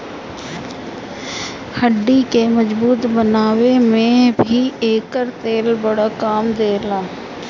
हड्डी के मजबूत बनावे में भी एकर तेल बड़ा काम देला